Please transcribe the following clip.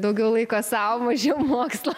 daugiau laiko sau mažiau mokslo